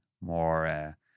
more